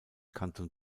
kanton